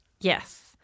Yes